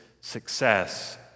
success